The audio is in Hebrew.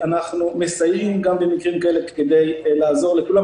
אנחנו מסייעים גם במקרים כאלה כדי לעזור לכולם,